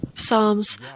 Psalms